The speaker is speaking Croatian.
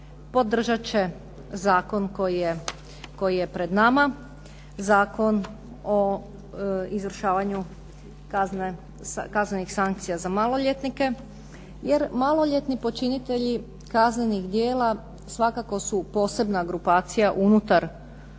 podržat će zakon koji je pred nama, Zakon o izvršavanju kaznenih sankcija za maloljetnike jer maloljetni počinitelji kaznenih djela svakako su posebna grupacija unutar